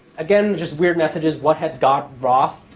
again, just weird messages, what hath god wrought?